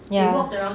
ya